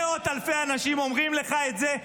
מאות אלפי אנשים אומרים לך את זה,